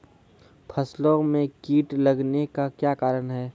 फसलो मे कीट लगने का क्या कारण है?